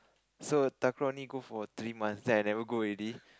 so takraw only go for three months then I never go already